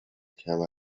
کمر